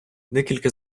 декілька